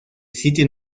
sitio